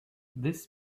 this